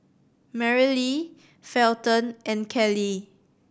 Merrilee Felton and Kellee